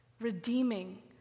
redeeming